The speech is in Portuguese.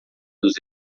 dos